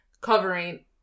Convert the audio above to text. covering